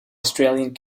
australian